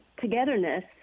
togetherness